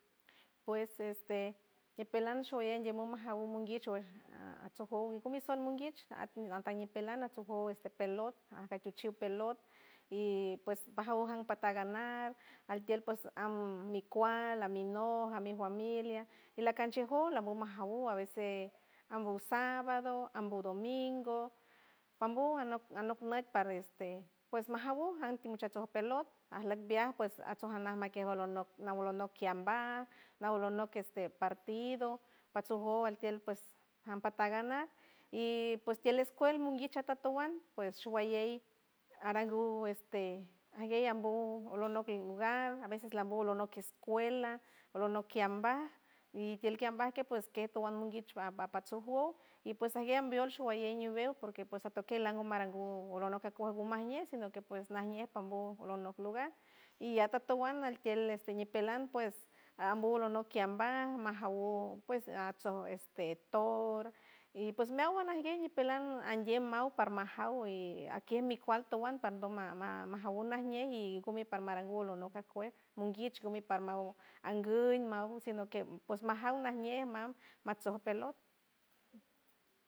Pues este ñipelan showalley ndimom juw monguich, atsojuw ngumi sal monguich atmi ñipelan atsojuw este pelot, ajtochiw pelot y pues pajaw ujan pata ganar, altiel ps am mi kual, a mi noj, a mi familia y lankanchi jow lambow majawuw a veces, ambuj sábado, ambuj domingo, pambu anok anok nüt par este pues majawuw jan timuchach oj pelot ajleck viaj, pues ajchoj anay makej alanok nawlonock kiambajt, nawlonock este partido patsojow altiel, ps jan pata ganar ps y tiel escuel monguich, atatuan ps showalley aranguw este ajguey ambuw olonock y lugar a veces lambuw alonock escuela, olonock kiambaj y tiel kiambaj, kej ps kej toan monguich a- apatsojuw y pues ajgue ambiol showalley ñiwew porque pues atokel lango maranguw olonok kuej ngu majñe sino que pues najñe, pambu olonock lugar y atatuan altiel este ñipelan pues, ambuw olonock kiembam majawuw, pues atsoj este tor y pues meawan anguej ñipelan, andiem maw parmajaw y ajkiej mi kual toan, pardom ma- majuw najñe y gumi paranguw olonock ajkuej monguich, gumi parma anguy maw sino que pues majaw najñe mam, matsoj pelot.